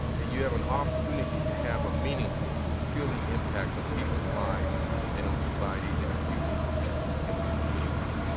and you have an opportunity to have a meaningful, fulfilling impact on people's lives and on society that few people can only dream of.